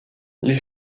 les